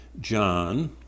John